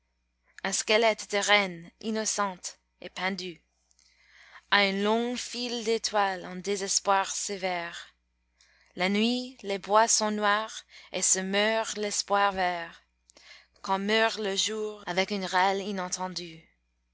un squelette de reine innocente est pendu à un long fil d'étoile en désespoir sévère la nuit les bois sont noirs et se meurt l'espoir vert quand meurt le jour avec un râle inattendu